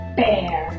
bear